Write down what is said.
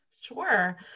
Sure